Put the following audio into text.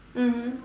mmhmm